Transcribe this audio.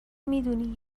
میدونی